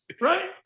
Right